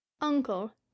uncle